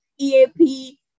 EAP